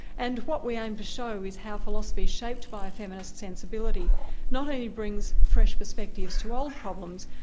and what we aim to show is how philosophy shaped by feminist sensibility not only brings fresh perspectives to old problems,